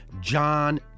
John